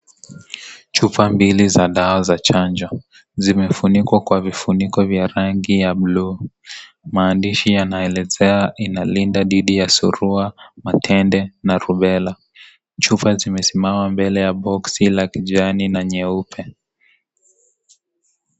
Chupa mbili za dawa za chanjo, zimefunikwa kwa vifuniko vya rangi ya bluu. Maandishi yanaelezea inalinda didhi ya surua, matende na rubella , chupa zimesimama mbele boksi la kijani na nyeupe.